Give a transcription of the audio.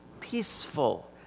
peaceful